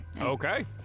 Okay